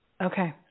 okay